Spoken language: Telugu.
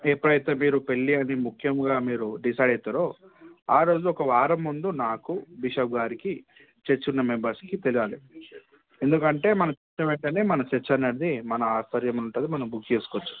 ఎప్పుడైతే మీరు పెళ్ళి అది ముఖ్యంగా మీరు డిసైడ్ అవుతారో ఆరోజు ఒక వారం ముందు నాకు బిషప్ గారికి చర్చ్ ఉన్న మెంబర్స్కి తెలియాలి ఎందుకంటే మనకు ఇష్టమైతే మన చర్చ్ అనేది మన ఆధ్వర్యం ఉంటుంది మనం బుక్ చేసుకోవచ్చు